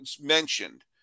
mentioned